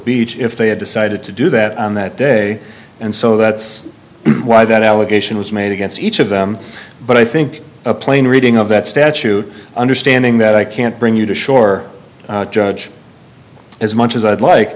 beach if they had decided to do that on that day and so that's why that allegation was made against each of them but i think a plain reading of that statute understanding that i can't bring you to shore judge as much as i'd like